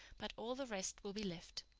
but all the rest will be left.